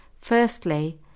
Firstly